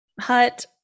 hut